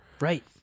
Right